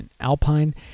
Alpine